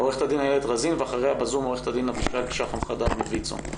עורכת הדין איילת רזין ואחריה בזום עורכת הדין אבישג שחם חדד מויצ"ו.